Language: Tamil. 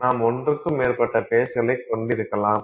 நாம் ஒன்றுக்கு மேற்பட்ட ஃபேஸ்களைக் கொண்டிருக்கலாம்